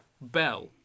bell